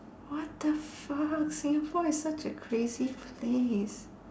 what the fuck singapore is such a crazy place